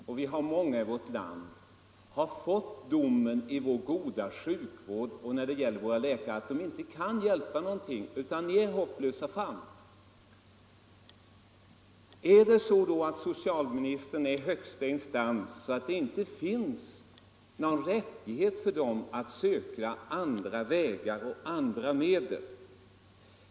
Det finns många människor i vårt land som har fått den domen när de sökt vår goda sjukvård, att de är hopplösa fall och att läkarna inte kan hjälpa dem längre — är det då så, att socialstyrelsen är högsta instans och att det inte finns någon rättighet för dem att söka andra vägar och andra medel?